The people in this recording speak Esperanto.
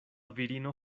virino